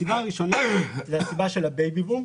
הסיבה הראשונה היא הסיבה של ה-בייבי בום.